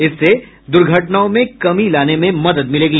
इससे दुर्घटनाओं में कमी लाने में मदद मिलेगी